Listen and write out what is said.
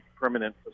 permanent